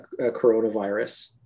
coronavirus